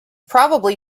probably